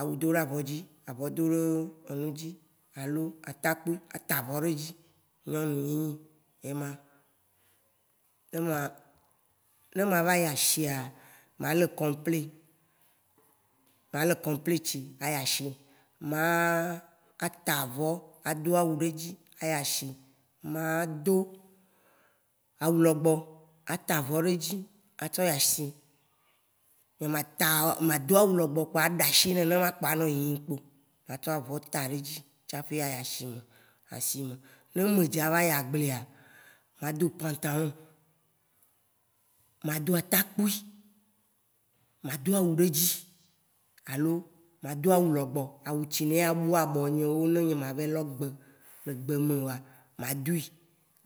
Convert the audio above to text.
awu do la vɔ̃ dzi, avɔ̃ ɖé lo énu dzi alo atakpoé ata vɔ̃ ɖédzi nyɔnu nyi yéma. Né ma- né ma va yi asia, malé kɔ̃plé-malé kɔ̃plé tsi ayi asi maa atavɔ̃ ado awu ɖédzi ayi asi ma do awu lɔgbɔ, atavɔ̃ ɖédzi ayi asi nyé ma ta, nyé ma do awu lɔbɔ anɔ yiyim nénè kpo. Ma ta avɔ̃ ɖédzi tshapé ayi asi. Né mé dza va yi agbléa, ma do pãtalɔ̃, mado atakpoui, mado awu ɖédzi. Alo ma do awu lɔbɔ awu tshilé àbu abɔnyɛwo né nyé ma vayi lɔ gbé lé gbémèoa ma doui